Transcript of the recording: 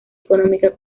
económicas